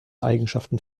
eigenschaften